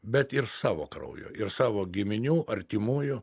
bet ir savo kraujo ir savo giminių artimųjų